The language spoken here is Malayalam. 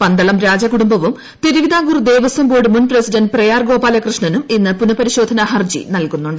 പന്തളം രാജകുടുംബവും തിരുവിത്രിാറ്റകൂർ ദേവസ്വംബോർഡ് മുൻ പ്രസിഡന്റ് പ്രയാർ ഗോപ്പാലകൃഷ്ണനും ഇന്ന് പുനപ്പരിശോധനാ ഹർജി നൽകുന്നുണ്ട്